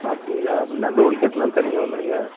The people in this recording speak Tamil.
அப்படிங்களா அப்படின்னா டோல்கேட்டெலாம் தனியாக வந்துடுங்க